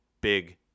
big